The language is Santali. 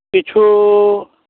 ᱠᱤᱪᱷᱩ